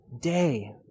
day